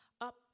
up